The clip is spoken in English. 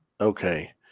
Okay